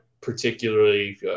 particularly